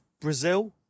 Brazil